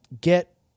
get